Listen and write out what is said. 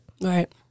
Right